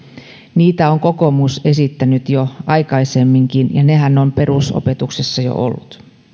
niitä on kokoomus esittänyt jo aikaisemminkin ja nehän ovat perusopetuksessa jo olleet